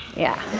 yeah.